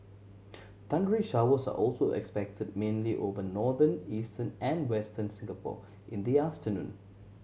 thundery showers are also expected mainly over northern eastern and Western Singapore in the afternoon